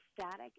static